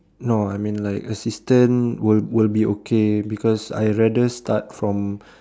no I mean like assistant would would be okay because I'll rather start from